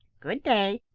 good-day,